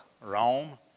Rome